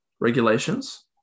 regulations